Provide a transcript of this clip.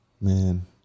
Man